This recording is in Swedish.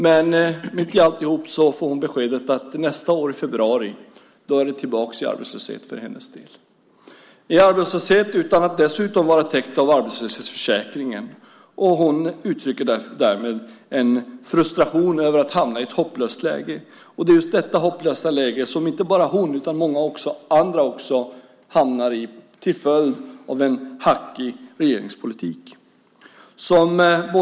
Men mitt i alltihop får hon beskedet att nästa år i februari kommer hon att vara tillbaka i arbetslöshet - dessutom utan att vara täckt av arbetslöshetsförsäkringen. Hon uttrycker därmed en frustration över att hamna i ett hopplöst läge. Det är just detta hopplösa läge som inte bara hon utan också många andra hamnar i till följd av en hackig regeringspolitik.